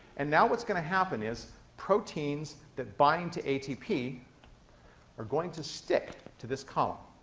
and now what's going to happen is proteins that bind to atp are going to stick to this column,